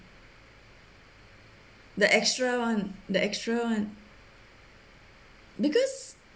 the extra one the extra one because